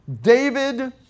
David